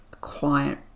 quiet